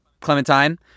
clementine